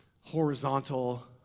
horizontal